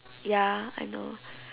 ya I know